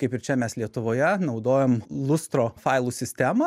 kaip ir čia mes lietuvoje naudojam lustro failų sistemą